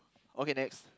okay next